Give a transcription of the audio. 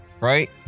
Right